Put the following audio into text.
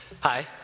Hi